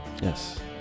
Yes